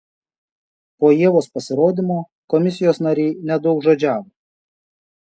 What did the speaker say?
po ievos pasirodymo komisijos nariai nedaugžodžiavo